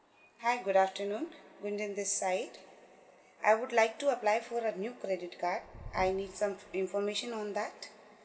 hi good afternoon good on this side I would like to apply for a new credit card I need some information on that